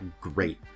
great